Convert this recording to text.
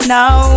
Now